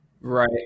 Right